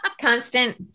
constant